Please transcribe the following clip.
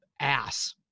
ass